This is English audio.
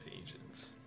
agents